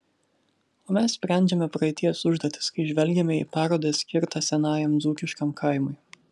o mes sprendžiame praeities užduotis kai žvelgiame į parodą skirtą senajam dzūkiškam kaimui